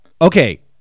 Okay